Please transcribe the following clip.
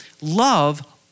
love